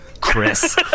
Chris